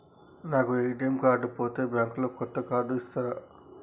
నా ATM card పోతే bank లో కొత్త కార్డు ఇస్తరా?